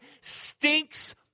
stinks